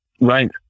Right